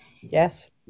Yes